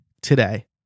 today